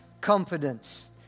confidence